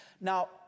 Now